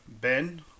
Ben